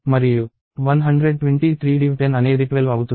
మరియు 123 div 10 అనేది 12 అవుతుంది